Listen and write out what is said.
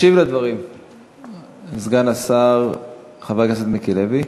ישיב על הדברים סגן השר חבר הכנסת מיקי לוי.